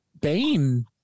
Bane